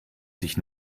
sich